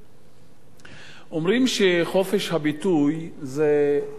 אומרים שחופש הביטוי זה הפוליגרף,